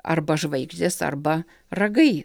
arba žvaigždės arba ragai